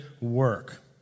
work